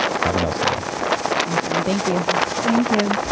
have an awesome day awesome, thank you thank you